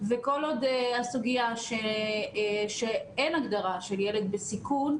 וכל עוד הסוגיה היא שאין הגדרה של ילד בסיכון,